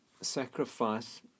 sacrifice